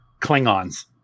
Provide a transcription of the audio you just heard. Klingons